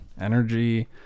energy